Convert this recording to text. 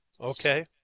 Okay